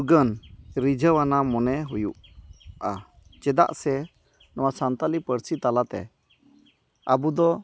ᱩᱨᱜᱟᱹᱱ ᱨᱤᱡᱷᱟᱹᱣᱟᱱᱟᱜ ᱢᱚᱱᱮ ᱦᱩᱭᱩᱜᱼᱟ ᱪᱮᱫᱟᱜ ᱥᱮ ᱱᱚᱣᱟ ᱥᱟᱱᱛᱟᱞᱤ ᱯᱟᱹᱨᱥᱤ ᱛᱟᱞᱟᱛᱮ ᱟᱵᱚᱫᱚ